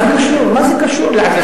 מה זה קשור?